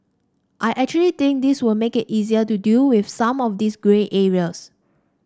I actually think this will make it easier to deal with some of these grey areas